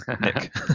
Nick